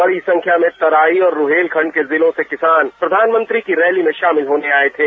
बड़ी संख्या में तराई और रुहेलखंड के जिलों से किसान प्रधानमंत्री की रैली में शामिल होने आए थे